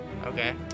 Okay